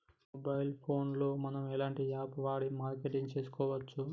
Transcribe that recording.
Mobile phone లో మనం ఎలాంటి యాప్ వాడి మార్కెటింగ్ తెలుసుకోవచ్చు?